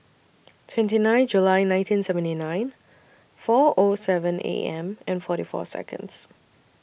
twenty nine July nineteen seventy nine four O seven A M and forty four Seconds